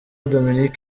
dominic